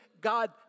God